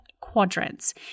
quadrants